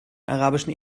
arabischen